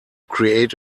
create